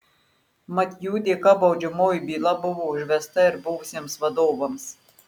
mat jų dėka baudžiamoji byla buvo užvesta ir buvusiems vadovams